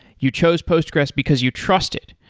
you chose postgres because you trust it.